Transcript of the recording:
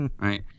right